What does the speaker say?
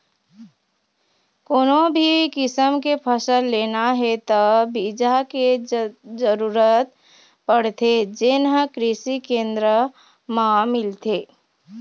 कोनो भी किसम के फसल लेना हे त बिजहा के जरूरत परथे जेन हे कृषि केंद्र म मिलथे